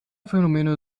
phänomene